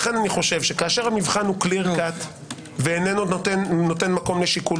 לכן אני חושב שכאשר המבחן ברור ואינו נותן מקום לשיקול